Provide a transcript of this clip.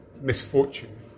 misfortune